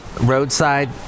roadside